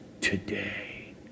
today